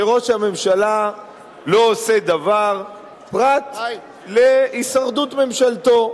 שראש הממשלה לא עושה דבר פרט להישרדות ממשלתו,